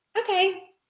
okay